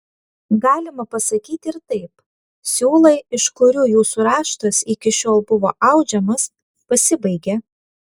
galima pasakyti ir taip siūlai iš kurių jūsų raštas iki šiol buvo audžiamas pasibaigė